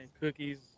cookies